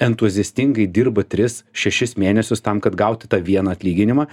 entuziastingai dirba tris šešis mėnesius tam kad gauti tą vieną atlyginimą